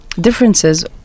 differences